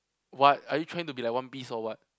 what are you trying to be like One Piece or what